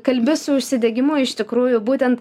kalbi su užsidegimu iš tikrųjų būtent